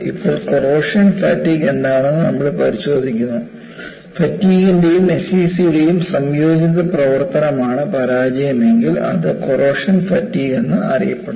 ഇപ്പോൾ corrosion fatigue എന്താണെന്ന് നമ്മൾ പരിശോധിക്കുന്നു ഫാറ്റിഗ്ൻറെയും എസ്സിസിയുടെയും സംയോജിത പ്രവർത്തനമാണ് പരാജയം എങ്കിൽ അത് കോറോഷൻ ഫാറ്റിഗ് എന്നറിയപ്പെടുന്നു